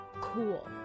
cool